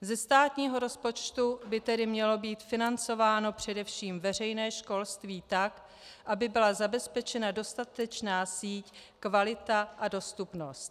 Ze státního rozpočtu by tedy mělo být financováno především veřejné školství tak, aby byla zabezpečena dostatečná síť, kvalita a dostupnost.